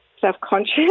self-conscious